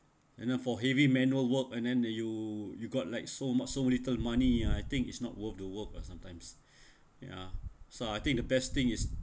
and then for heavy manual work and then the you you got like so muc~ so little money ah I think it's not worth the work lah sometimes ya so I think the best thing is